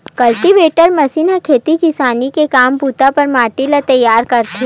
cultivator machine ह खेती किसानी के काम बूता बर माटी ल तइयार करथे